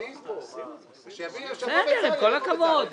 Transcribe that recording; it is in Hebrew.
הגיעה פנייה גדולה.